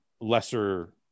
lesser